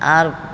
आरो